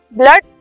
blood